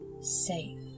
safe